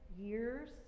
years